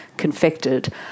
Confected